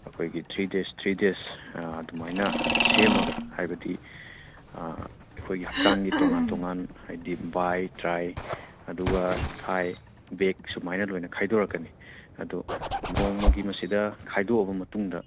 ꯑꯩꯈꯣꯏꯒꯤ three days three days ꯑꯗꯨꯃꯥꯏꯅ ꯁꯦꯝꯃꯒ ꯍꯥꯏꯕꯗꯤ ꯑꯩꯈꯣꯏꯒꯤ ꯍꯛꯆꯥꯡꯒꯤ ꯇꯣꯉꯥꯟ ꯇꯣꯡꯉꯥꯟ ꯍꯥꯏꯕꯗꯤ ꯕꯥꯏ ꯇ꯭ꯔꯥꯏ ꯑꯗꯨꯒ ꯊꯥꯏ ꯕꯦꯛ ꯁꯨꯃꯥꯏꯅ ꯂꯣꯏꯅ ꯈꯥꯏꯗꯣꯔꯛꯀꯅꯤ ꯑꯗꯨ ꯅꯣꯡꯃꯒꯤ ꯃꯁꯤꯗ ꯈꯥꯏꯗꯣꯛꯑꯕ ꯃꯇꯨꯡꯗ